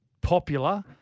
popular